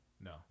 No